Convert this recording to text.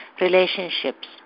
Relationships